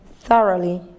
thoroughly